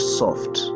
soft